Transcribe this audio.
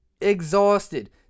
Exhausted